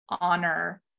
honor